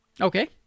Okay